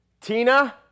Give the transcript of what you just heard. Tina